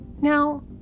Now